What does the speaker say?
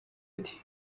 ati